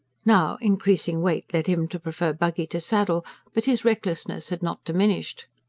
now, increasing weight led him to prefer buggy to saddle but his recklessness had not diminished.